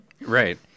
Right